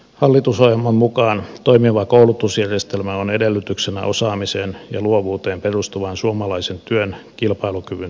hallitusohjelman mukaan toimiva koulutusjärjestelmä on edellytyksenä osaamiseen ja luovuuteen perustuvan suomalaisen työn kilpailukyvyn säilymisessä